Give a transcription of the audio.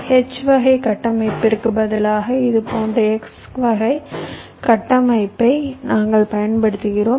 H வகை கட்டமைப்பிற்கு பதிலாக இது போன்ற X வகை கட்டமைப்பை நாங்கள் பயன்படுத்துகிறோம்